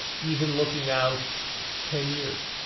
even looking out ten years.